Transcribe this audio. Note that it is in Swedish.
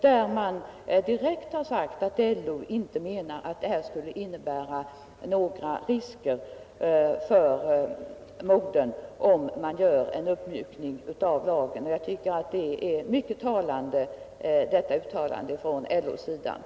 Där sägs direkt att LO inte anser att det kan innebära några risker för modern om lagen uppmjukas. Jag tycker att detta yttrande från LO:s sida är mycket talande.